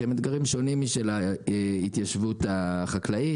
שהם אתגרים שונים משל ההתיישבות החקלאית,